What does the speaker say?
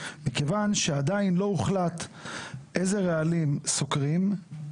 מכיוון שעדיין לא הוחלט איזה רעלים סוקרים,